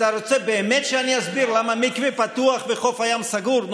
אתה רוצה באמת שאני אסביר למה מקווה פתוח ולמה חוף הים סגור?